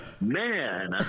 Man